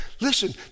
listen